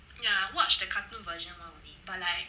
ya I watched the cartoon version [one] only but like